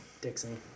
Dixon